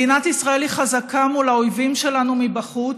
מדינת ישראל היא חזקה מול האויבים שלנו מבחוץ,